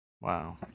Wow